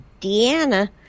Deanna